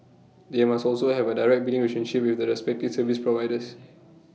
they must also have A direct billing relationship with the respective service providers